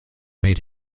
made